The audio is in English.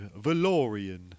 Valorian